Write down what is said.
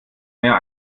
mehr